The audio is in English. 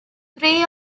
three